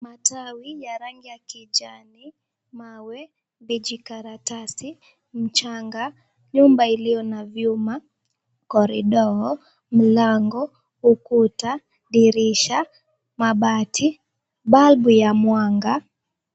Matawi ya rangi ya kijani, mawe, vijikaratasi, mchanga , nyumba ilio na vyuma, korido , mlango , ukuta, dirisha, mabati, bulb ya mwanga.